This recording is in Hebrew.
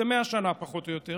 זה 100 שנה פחות או יותר,